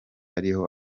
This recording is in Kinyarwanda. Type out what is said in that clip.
ariho